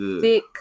Thick